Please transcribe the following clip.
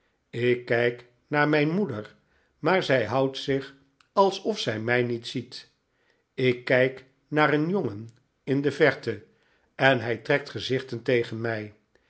ik kijk naar mijn moeder maar zij houdt zich alsof zij mij niet ziet ik kijk naar een jongen in de verte en hij trekt gezichten tegen mij